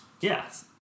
Yes